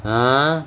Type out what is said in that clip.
!huh!